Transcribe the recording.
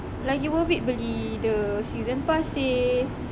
lagi worth it beli the season pass seh